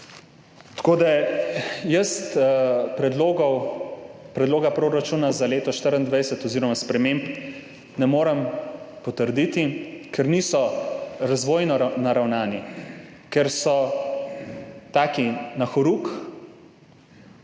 janšizma. Jaz predloga proračuna za leto 2024 oziroma sprememb ne morem potrditi, ker niso razvojno naravnane, ker so take na horuk.